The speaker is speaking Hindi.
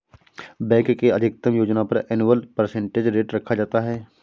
बैंक के अधिकतम योजना पर एनुअल परसेंटेज रेट रखा जाता है